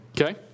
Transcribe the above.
Okay